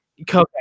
Okay